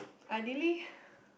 ideally